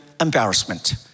embarrassment